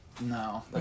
No